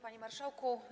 Panie Marszałku!